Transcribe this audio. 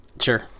Sure